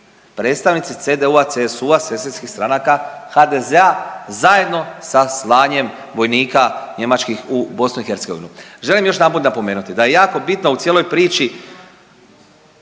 predstavnici CDU-a, CSU, …/Govornik se ne razumije/…stranaka HDZ-a zajedno sa slanjem vojnika njemačkih u BiH. Želim još jedanput napomenuti da je jako bitno u cijeloj priči,